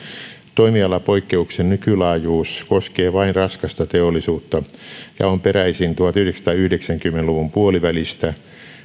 toimialapoikkeuksen nykylaajuus koskee vain raskasta teollisuutta ja on peräisin tuhatyhdeksänsataayhdeksänkymmentä luvun puolivälistä